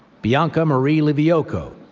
bianca-marie livioco,